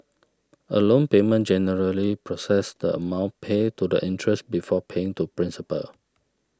a loan payment generally processes the amount paid to the interest before paying to principal